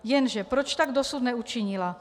Jenže proč tak dosud neučinila?